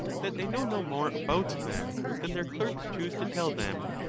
that they know no more about them than their clerks choose to tell them.